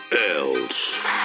else